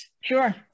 sure